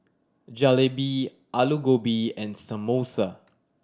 Jalebi Alu Gobi and Samosa